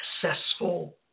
successful